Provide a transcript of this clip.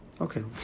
Okay